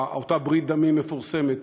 אותה ברית דמים מפורסמת.